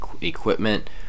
equipment